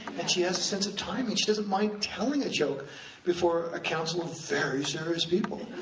and she has a sense of timing, she doesn't mind telling a joke before a council of very serious people.